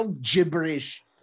gibberish